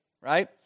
right